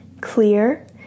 Clear